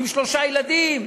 עם שלושה ילדים.